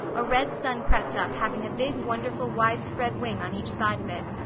a red sun crept up having a big wonderful widespread wing on each side of it.